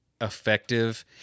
effective